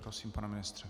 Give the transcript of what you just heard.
Prosím, pane ministře.